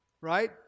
right